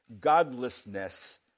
godlessness